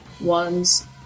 one's